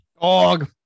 Dog